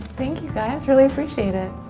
thank you guys, really appreciate it.